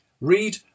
read